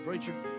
Preacher